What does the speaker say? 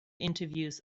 interviews